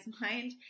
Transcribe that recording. mind